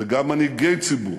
וגם מנהיגי ציבור